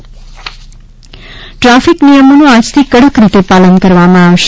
traffic traffic નિયમોનુ આજથી કડક રીતે પાલન કરવામાં આવશે